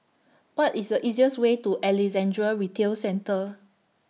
What IS The easiest Way to Alexandra Retail Centre